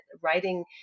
writing